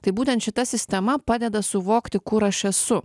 tai būtent šita sistema padeda suvokti kur aš esu